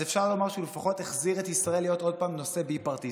אז אפשר לומר שהוא לפחות החזיר את ישראל להיות עוד פעם נושא בי-פרטיזני.